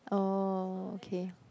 orh okay